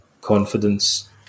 confidence